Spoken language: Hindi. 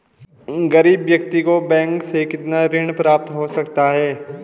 गरीब व्यक्ति को बैंक से कितना ऋण प्राप्त हो सकता है?